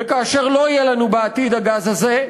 וכאשר לא יהיה לנו בעתיד הגז הזה,